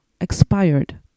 Expired